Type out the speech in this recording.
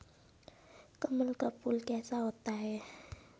कमल का फूल कैसा होता है?